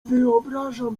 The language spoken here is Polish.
wyobrażam